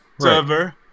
server